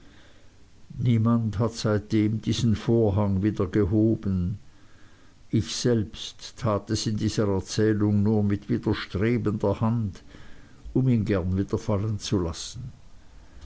niemand hat seitdem diesen vorhang wieder gehoben ich selbst tat es in dieser erzählung nur mit widerstrebender hand um ihn gern wieder fallen zu lassen